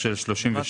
קודם.